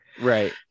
Right